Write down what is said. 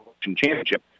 Championship